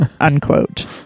Unquote